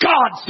God